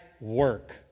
work